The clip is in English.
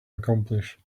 accomplish